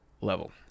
level